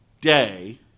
day